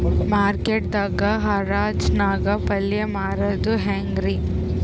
Market ದಾಗ್ ಹರಾಜ್ ನಾಗ್ ಪಲ್ಯ ಮಾರುದು ಹ್ಯಾಂಗ್ ರಿ?